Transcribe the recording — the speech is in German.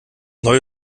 neue